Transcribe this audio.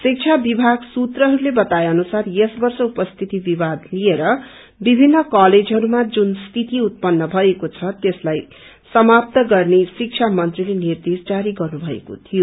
शिक्षा विभाग सूत्रहरूले बताउ अनुसारा यस वर्ष उपस्थिति विवाद लिएर विभिन्न कलेजहरूमा जहुन स्थिपित उत्पन्न भएको छ त्यसलाई समाप्त गत्रे शिक्षा मंत्रीले निर्देश जारी गर्नुभएको शियो